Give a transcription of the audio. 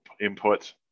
input